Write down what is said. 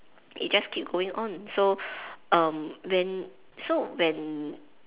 it just keep going on so um when so when